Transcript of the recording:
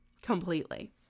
completely